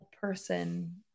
person